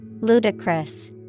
Ludicrous